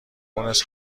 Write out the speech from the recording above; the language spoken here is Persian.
مونس